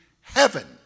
heaven